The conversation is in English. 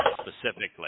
specifically